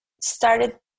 started